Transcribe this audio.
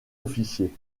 officiers